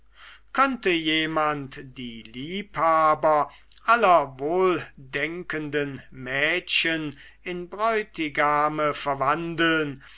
könnte jemand die liebhaber aller wohldenkenden mädchen in bräutigame verwandeln